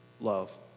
love